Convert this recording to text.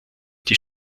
die